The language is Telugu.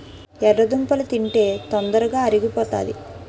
ఎర్రదుంపలు తింటే తొందరగా అరిగిపోతాది